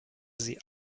sie